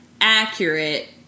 accurate